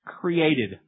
created